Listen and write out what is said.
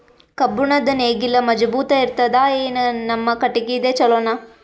ಕಬ್ಬುಣದ್ ನೇಗಿಲ್ ಮಜಬೂತ ಇರತದಾ, ಏನ ನಮ್ಮ ಕಟಗಿದೇ ಚಲೋನಾ?